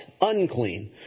unclean